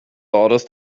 orders